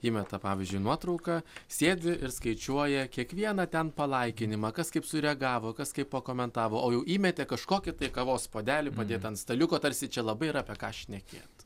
įmeta pavyzdžiui nuotrauką sėdi ir skaičiuoja kiekvieną ten palaikinimą kas kaip sureagavo kas kaip pakomentavo o jau įmetė kažkokį tai kavos puodelį padėtą ant staliuko tarsi čia labai yra apie ką šnekėt